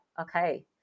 okay